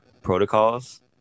protocols